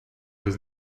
does